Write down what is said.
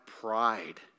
pride